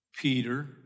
Peter